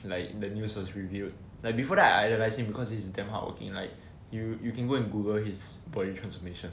like the news was revealed like before that I idolise him because he is damn hard working like you you can go and google his body transformation